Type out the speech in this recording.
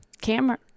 camera